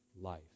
life